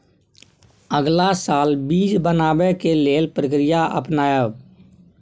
अगला साल बीज बनाबै के लेल के प्रक्रिया अपनाबय?